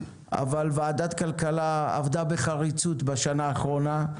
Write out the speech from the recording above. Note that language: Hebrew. אבל ועדת כלכלה עבדה בחריצות בשנה האחרונה,